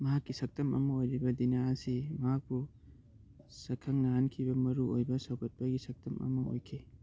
ꯃꯍꯥꯛꯀꯤ ꯁꯛꯇꯝ ꯑꯃ ꯑꯣꯏꯔꯤꯕ ꯗꯤꯅꯥ ꯑꯁꯤ ꯃꯍꯥꯛꯄꯨ ꯁꯛꯈꯪꯅꯍꯟꯈꯤꯕ ꯃꯔꯨ ꯑꯣꯏꯕ ꯁꯧꯒꯠꯄꯒꯤ ꯁꯛꯇꯝ ꯑꯃ ꯑꯣꯏꯈꯤ